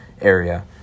area